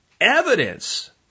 evidence